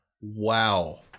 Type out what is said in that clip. wow